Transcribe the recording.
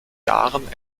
jahren